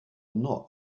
not